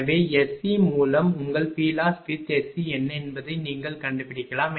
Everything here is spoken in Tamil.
எனவே எஸ்சி மூலம் உங்கள் PLosswith SC என்ன என்பதை நீங்கள் கண்டுபிடிக்கலாம்